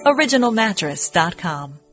OriginalMattress.com